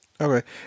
Okay